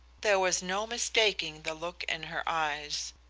there was no mistaking the look in her eyes.